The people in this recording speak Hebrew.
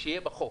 שיהיה בחוק,